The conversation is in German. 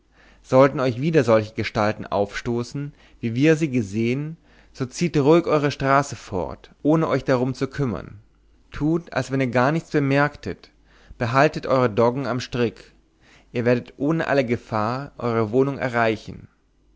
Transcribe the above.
sollten euch wieder solche gestalten aufstoßen wie wir sie gesehen so zieht ruhig eure straße fort ohne euch darum zu kümmern tut als wenn ihr gar nichts bemerktet behaltet eure doggen am strick ihr werdet ohne alle gefahr eure wohnung erreichen